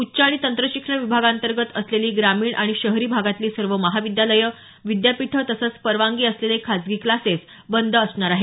उच्च आणि तंत्र शिक्षण विभागांतर्गत असलेली ग्रामीण आणि शहरी भागातले सर्व महाविद्यालयं विद्यापीठे तसंच परवानगी असलेले खाजगी क्लासेस बंद असणार आहेत